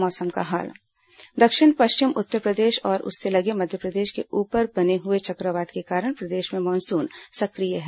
मौसम दक्षिण पश्चिम उत्तरप्रदेश और उससे लगे मध्यप्रदेश के ऊपर बने हुए चक्रवात के कारण प्रदेश में मानसून सक्रिय है